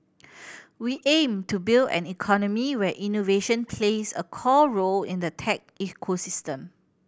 we aim to build an economy where innovation plays a core role in the tech ecosystem